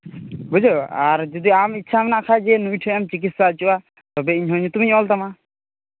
ᱵᱩᱡᱷᱟᱹᱣ ᱟᱨ ᱡᱩᱫᱤ ᱟᱢ ᱤᱪᱪᱷᱟᱹ ᱢᱮᱱᱟᱜ ᱠᱷᱟᱱ ᱡᱮ ᱱᱩᱭ ᱴᱷᱮᱱ ᱪᱤᱠᱤᱛᱥᱟ ᱦᱚᱪᱚᱜᱼᱟ ᱛᱚᱵᱮ ᱤᱧᱦᱚᱸ ᱧᱩᱛᱩᱢᱤᱧ ᱚᱞ ᱛᱟᱢᱟ